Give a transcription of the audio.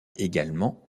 également